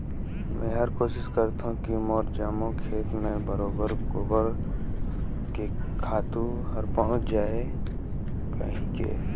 मेहर कोसिस करथों की मोर जम्मो खेत मे बरोबेर गोबर के खातू हर पहुँच जाय कहिके